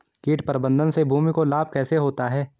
कीट प्रबंधन से भूमि को लाभ कैसे होता है?